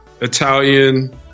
Italian